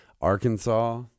Arkansas